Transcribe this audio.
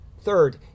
Third